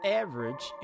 average